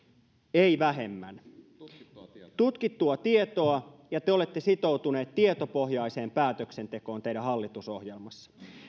ei vähemmän tutkittua tietoa ja te olette sitoutuneet tietopohjaiseen päätöksentekoon teidän hallitusohjelmassa